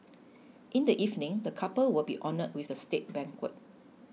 in the evening the couple will be honoured with a state banquet